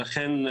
לכן,